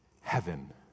heaven